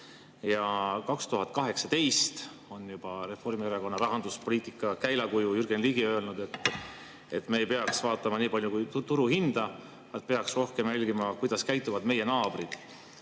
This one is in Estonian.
2018 on Reformierakonna rahanduspoliitika käilakuju Jürgen Ligi öelnud, et me ei peaks vaatama nii palju turuhinda, vaid peaksime rohkem jälgima, kuidas käituvad meie naabrid.